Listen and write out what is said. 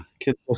Kids